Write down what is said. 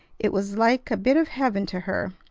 it was like a bit of heaven to her.